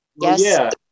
Yes